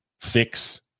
fix